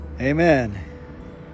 Amen